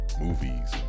movies